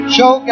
Show